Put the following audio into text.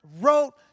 wrote